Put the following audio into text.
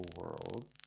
world